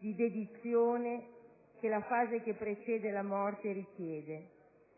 di dedizione che la fase che precede la morte richiede.